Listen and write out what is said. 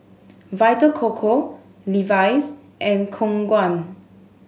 Vita Coco Levi's and Khong Guan